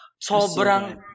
Sobrang